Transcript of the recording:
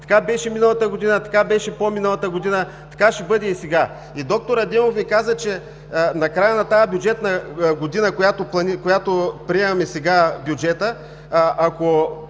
Така беше миналата година, така беше по-миналата година, така ще бъде и сега. И д-р Адемов Ви каза, че на края на тази бюджетна година, за която приемаме сега бюджета,